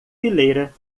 fileira